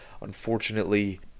unfortunately